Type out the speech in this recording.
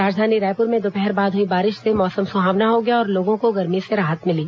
राजधानी रायपुर में दोपहर बाद हुई बारिश से मौसम सुहावना हो गया और लोगों को गर्मी से राहत मिली